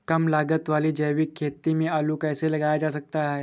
कम लागत वाली जैविक खेती में आलू कैसे लगाया जा सकता है?